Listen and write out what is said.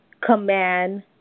command